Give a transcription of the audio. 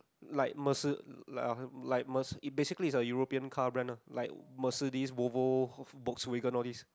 like merce~ like uh like merce~ basically is a European car brand lah like Mercedes Volvo Volkswagen all these